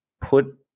put